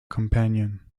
companion